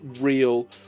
real